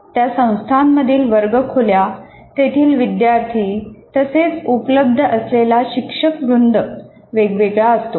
त्या संस्थांमधील वर्गखोल्या तेथील विद्यार्थी तसेच उपलब्ध असलेला शिक्षक वृंद वेगवेगळा असतो